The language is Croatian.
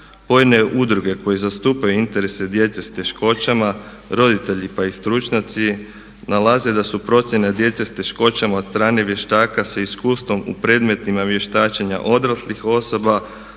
Pojedine udruge koje zastupaju interese djece s teškoćama, roditelji pa i stručnjaci nalaze da su procjene djece sa teškoćama od strane vještaka sa iskustvom u predmetima vještačenja odraslih osoba